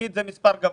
זה מספר גבוה.